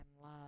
love